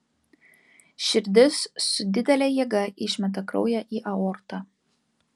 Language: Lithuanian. širdis su didele jėga išmeta kraują į aortą